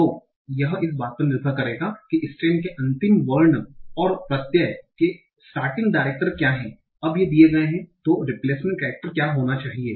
तो यह इस बात पर निर्भर करेगा कि स्टेम के अंतिम वर्ण और प्रत्यय के स्टार्टिंग डाइरेक्टर क्या हैं अब ये दिए गए हैं तो रिपलेसस्मेंट कैरेक्टर क्या होना चाहिए